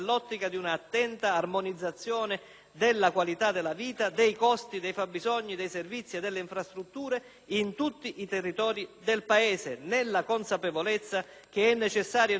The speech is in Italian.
della qualità della vita, dei costi, dei fabbisogni, dei servizi e delle infrastrutture in tutti territori del Paese, nella consapevolezza che è necessario e urgente superare tutti gli errori del passato.